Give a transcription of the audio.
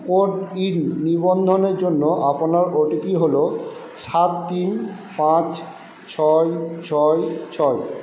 কোডইন নিবন্ধনের জন্য আপনার ওটিপি হলো সাত তিন পাঁচ ছয় ছয় ছয়